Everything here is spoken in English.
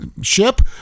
ship